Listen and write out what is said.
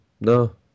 No